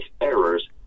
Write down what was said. errors